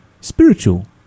spiritual